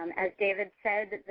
and as david said,